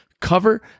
cover